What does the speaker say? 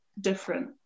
different